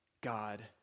God